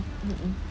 mmhmm